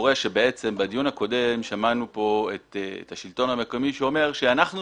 בדיון הקודם שמענו פה את השלטון המקומי שאומר: אנחנו